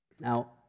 Now